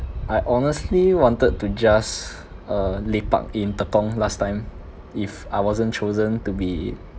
I honestly wanted to just uh lepak in tekong last time if I wasn't chosen to be